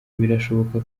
birashoboka